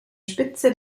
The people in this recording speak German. spitze